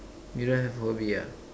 you don't have hobby ah